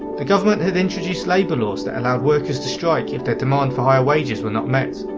the government had introduced labour laws that allowed workers to strike if their demand for higher wages were not met.